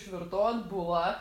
išvirtau atbula